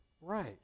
right